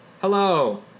Hello